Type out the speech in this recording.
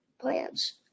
plants